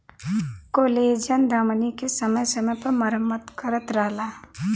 collagen धमनी के समय समय पर मरम्मत करत रहला